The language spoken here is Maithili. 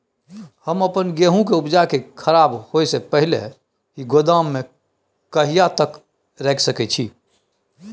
हम अपन गेहूं के उपजा के खराब होय से पहिले ही गोदाम में कहिया तक रख सके छी?